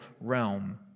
realm